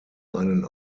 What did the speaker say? einen